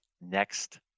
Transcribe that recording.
next